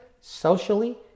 socially